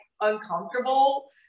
uncomfortable